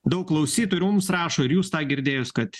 daug klausytojų ir mums rašo ir jūs tą girdėjus kad